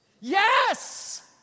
yes